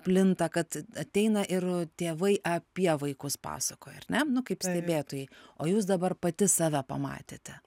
plinta kad ateina ir tėvai apie vaikus pasakoj ar ne nu kaip stebėtojai o jūs dabar pati save pamatėte